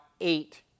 eight